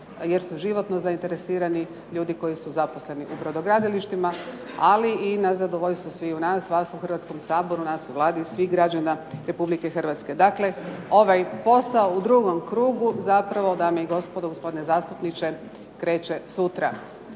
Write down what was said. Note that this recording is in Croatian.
jer su životno zainteresirani ljudi koji su zaposleni u brodogradilištima, ali i na zadovoljstvo sviju nas, vas u Hrvatskom saboru, nas u Vladi, i svih građana Republike Hrvatske. Dakle ovaj posao u drugom krugu, zapravo dame i gospodo, gospodine zastupniče kreće sutra.